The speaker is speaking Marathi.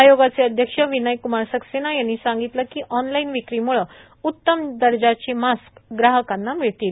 आयोगाचे अध्यक्ष विनयी क्मार सकसेना यांनी सांगितलं की ऑनलाइन विक्रीम्ळे उतम दर्जाचे मास्क ग्राहकाना मिळतील